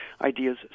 ideas